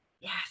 Yes